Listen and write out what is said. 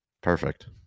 Perfect